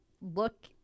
look